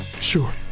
sure